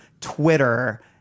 Twitter